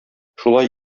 шулай